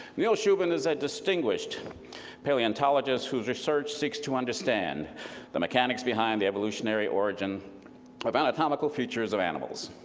neil shubin is a distinguished paleontologist whose research seeks to understand the mechanics behind the evolutionary origin but of anatomical features of animals.